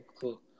cool